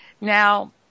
now